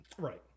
Right